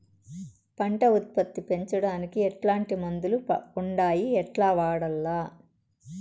పంట ఉత్పత్తి పెంచడానికి ఎట్లాంటి మందులు ఉండాయి ఎట్లా వాడల్ల?